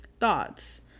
Thoughts